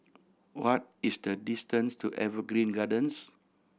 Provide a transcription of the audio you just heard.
what is the distance to Evergreen Gardens